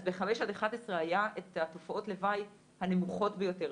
אז ב-5 עד 11 היו את תופעות הלוואי הנמוכות ביותר.